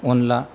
अनद्ला